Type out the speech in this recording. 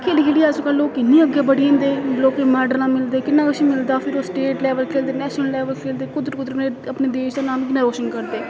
खेली खेलियै अज्जकल ओह् किन्ने अग्गें बढ़ी जंदे लोकें गी मेडलां मिलदे किन्ना किश मिलदा फिर ओह् स्टेट लेवल खेलदे नेशनल लेवल खेलदे कुद्धर कुद्धर अपने देश दा नाम किन्ना रोशन करदे